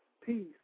peace